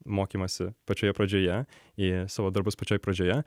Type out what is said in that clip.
mokymąsi pačioje pradžioje į savo darbus pačioj pradžioje